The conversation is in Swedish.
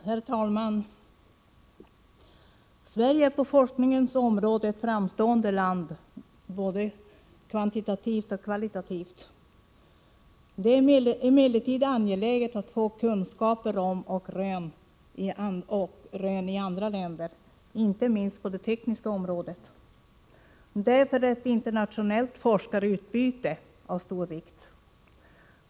Herr talman! Sverige är på forskningens område ett framstående land, både kvantitativt och kvalitativt. Det är emellertid angeläget att få kunskaper om forskning och rön i andra länder, inte minst på det tekniska området. Därför är ett internationellt forskarutbyte av stor vikt.